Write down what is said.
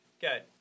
Good